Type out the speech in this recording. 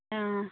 অঁ